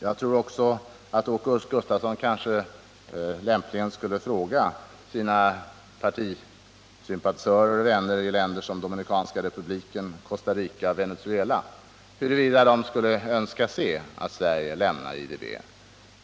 Jag tycker att Åke Gustavsson lämpligen kunde fråga sina partisympatisörer och vänner i länder som Dominikanska republiken, Costa Rica och Venezuela, huruvida de skulle önska se att Sverige lämnar IDB.